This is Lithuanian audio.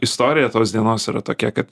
istorija tos dienos yra tokia kad